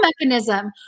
mechanism